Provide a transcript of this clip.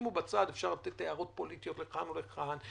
אפשר לתת הערות פוליטיות לכאן ולכאן,